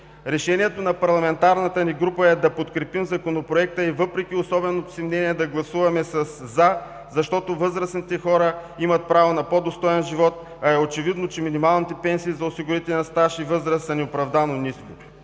решението на парламентарната ни група е да подкрепим Законопроекта. И въпреки особеното си мнение, да гласуваме „за“, защото възрастните хора имат право на по-достоен живот, а е очевидно, че минималната пенсия за осигурителен стаж и възраст е неоправдано ниска.